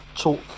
talk